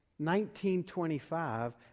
1925